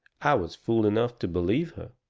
i was fool enough to believe her.